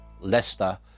Leicester